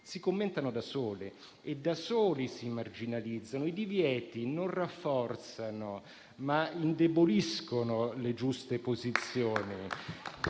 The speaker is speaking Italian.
si commentano da soli e da soli si marginalizzano. I divieti non rafforzano, ma indeboliscono le giuste posizioni.